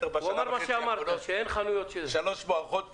בשנה וחצי האחרונות בשלוש מערכות בחירות,